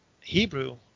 Hebrew